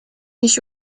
mis